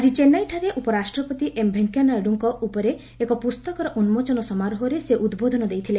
ଆଜି ଚେନ୍ନାଇଠାରେ ଉପରାଷ୍ଟ୍ରପତି ଏମଭେଙ୍କୟାନାଇଡ୍ରଙ୍କ ଉପରେ ଏକ ପ୍ରସ୍ତକର ଉନ୍ନୋଚନ ସମାରୋହରେ ସେ ଉଦ୍ବୋଧନ ଦେଇଥିଲେ